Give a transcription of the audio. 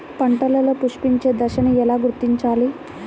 పంటలలో పుష్పించే దశను ఎలా గుర్తించాలి?